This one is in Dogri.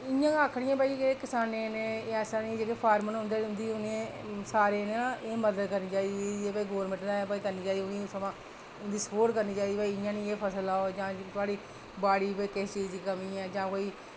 ते इ'यां गै आखनी कि भई एह् किसानें नै ऐसा निं जेह्के फॉर्मर होंदे उं'दी सारें दी ना मदद करना चाहिदी ते जेह्के गौरमेंट नै करना चाहिदी सगुआं ते इं'दी सुपोर्ट करना चाहिदी कि एह् फसल लाओ बाड़ी जां किश चीज दी कमी ऐ